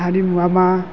हारिमुवा मा